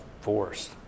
force